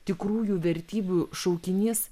tikrųjų vertybių šaukinys